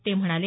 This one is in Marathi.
ते म्हणाले